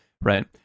Right